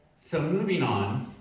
so moving on,